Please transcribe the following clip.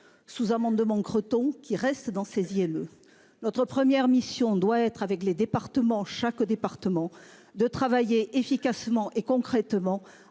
Sous-amendement Creton qui restent dans 16ème. Notre première mission doit être avec les départements, chaque département de travailler efficacement et concrètement